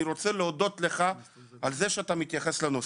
אני רוצה להודות לך על זה שאתה מתייחס לנושא.